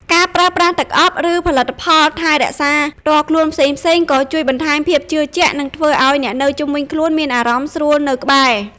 ការប្រើប្រាស់ទឹកអប់ ឬផលិតផលថែរក្សាផ្ទាល់ខ្លួនផ្សេងៗ ក៏ជួយបន្ថែមភាពជឿជាក់ និងធ្វើឲ្យអ្នកនៅជុំវិញមានអារម្មណ៍ស្រួលនៅក្បែរ។